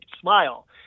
smile